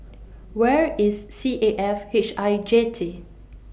Where IS C A F H I Jetty